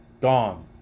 gone